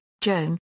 Joan